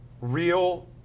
real